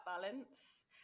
balance